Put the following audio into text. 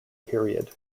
period